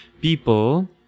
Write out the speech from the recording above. people